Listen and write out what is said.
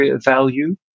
value